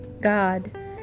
God